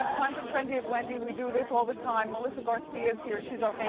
time for trendy wendy, we do this all the time. melissa garcia is here, she's our friend.